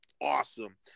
awesome